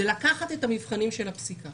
זה לקחת את המבחנים של הפסיקה